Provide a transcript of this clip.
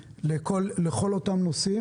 לכל אותם נושאים.